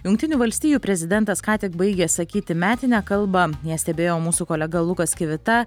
jungtinių valstijų prezidentas ką tik baigė sakyti metinę kalbą ją stebėjo mūsų kolega lukas kivita